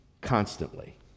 constantly